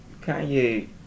Kanye